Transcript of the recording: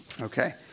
Okay